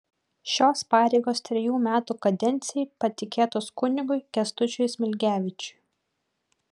šios pareigos trejų metų kadencijai patikėtos kunigui kęstučiui smilgevičiui